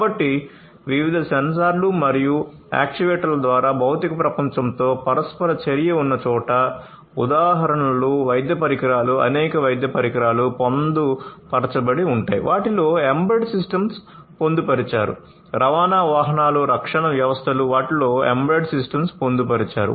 కాబట్టి వివిధ సెన్సార్లు మరియు యాక్యుయేటర్ల ద్వారా భౌతిక ప్రపంచంతో పరస్పర చర్య ఉన్నచోట ఉదాహరణలు వైద్య పరికరాలు అనేక వైద్య పరికరాలు పొందుపరచబడి ఉంటాయి వాటిలో embedded systems పొందుపరిచారు రవాణా వాహనాలు రక్షణ వ్యవస్థలు వాటిలో embedded systems పొందుపరిచారు